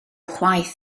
chwaith